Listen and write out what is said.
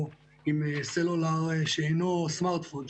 או אם סלולר שהוא לא סמארטפון,